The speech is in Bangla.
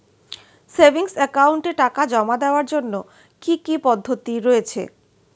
সেভিংস একাউন্টে টাকা জমা দেওয়ার জন্য কি কি পদ্ধতি রয়েছে?